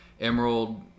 Emerald